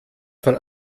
von